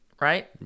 Right